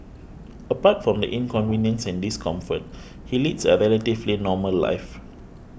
apart from the inconvenience and discomfort he leads a relatively normal life